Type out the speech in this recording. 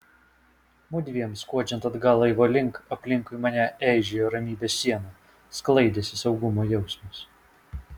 mudviem skuodžiant atgal laivo link aplinkui mane eižėjo ramybės siena sklaidėsi saugumo jausmas